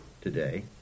today